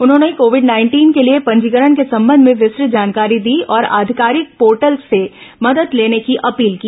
उन्होंने Covid nineteen के लिए पंजीकरण के संबंध में विस्तृत जानकारी दी और आधिकारिक पोर्टल से मदद लेने की अपील की